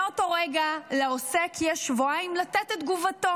מאותו רגע לעוסק יש שבועיים לתת את תגובתו.